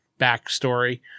backstory